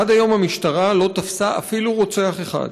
עד היום המשטרה לא תפסה אפילו רוצח אחד,